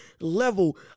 level